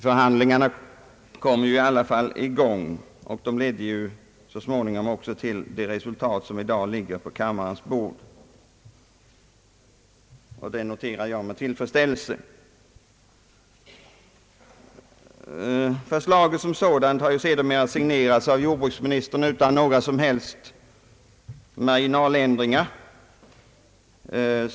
Förhandlingarna kom ju i alla fall i gång, och de ledde så småningom till det resultat som i dag ligger på kammarens bord, något som jag noterar med tillfredsställelse. Förslaget som sådant har sedermera signerats av jordbruksministern utan några som helst marginaländringar.